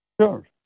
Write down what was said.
Sure